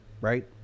right